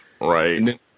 Right